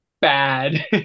bad